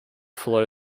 flow